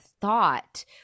thought